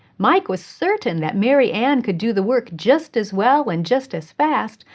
mike was certain that mary anne could do the work just as well and just as fast,